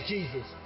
Jesus